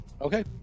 Okay